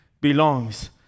belongs